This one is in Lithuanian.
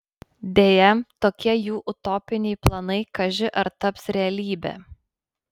deja tokie jų utopiniai planai kaži ar taps realybe